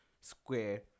square